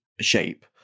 shape